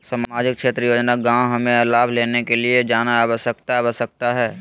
सामाजिक क्षेत्र योजना गांव हमें लाभ लेने के लिए जाना आवश्यकता है आवश्यकता है?